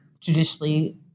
traditionally